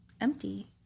empty